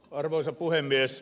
arvoisa puhemies